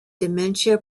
dementia